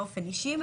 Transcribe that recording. באופן אישי,